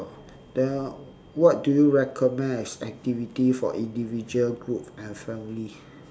then what do you recommend as activity for individual group and family